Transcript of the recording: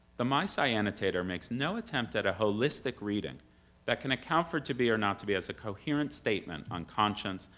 the meisei annotator makes no attempt at a holistic reading that can account for to be or not to be as a coherent statement on conscience,